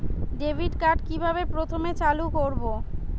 Debit card কিভাবে প্রথমে চালু করব?